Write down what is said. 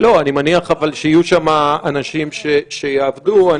אני מניח שיהיו שם אנשים שיעבדו.